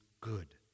good